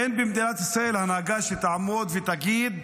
אין במדינת ישראל הנהגה שתעמוד ותגיד